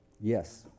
Yes